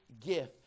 gift